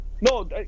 No